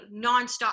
nonstop